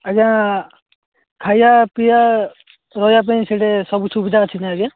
ଆଜ୍ଞା ଖାଇବା ପିଇବା ରହିବା ପାଇଁ ସେଠି ସବୁ ସୁବିଧା ଅଛି ନା ଆଜ୍ଞା